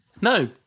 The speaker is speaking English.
No